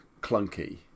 clunky